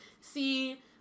see